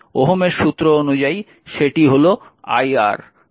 ওহমের সূত্র অনুযায়ী সেটি হল iR